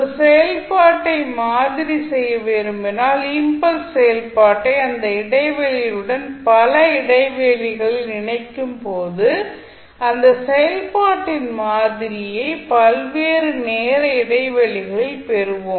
ஒரு செயல்பாட்டை மாதிரி செய்ய விரும்பினால் இம்பல்ஸ் செயல்பாட்டை அந்த இடைவெளியுடன் பல இடைவெளிகளில் இணைக்கும்போது அந்த செயல்பாட்டின் மாதிரியை பல்வேறு நேர இடைவெளிகளில் பெறுவோம்